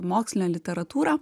mokslinę literatūrą